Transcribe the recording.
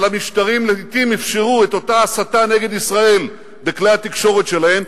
אבל המשטרים לעתים אפשרו את אותה הסתה נגד ישראל בכלי התקשורת שלהם,